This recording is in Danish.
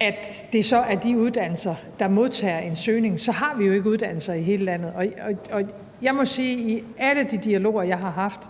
at det så også bliver de uddannelser, der modtager en søgning, så får vi jo ikke uddannelser i hele landet. Jeg må sige, at i alle de dialoger, jeg har haft